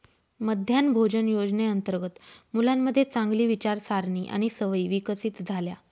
मध्यान्ह भोजन योजनेअंतर्गत मुलांमध्ये चांगली विचारसारणी आणि सवयी विकसित झाल्या